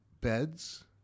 beds